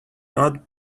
not